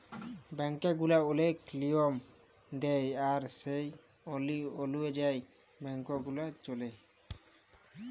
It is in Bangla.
ব্যাংক গুলা ওলেক লিয়ম দেয় আর সে অলুযায়ী ব্যাংক গুলা চল্যে